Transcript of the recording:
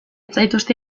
zaituzte